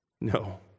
No